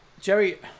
Jerry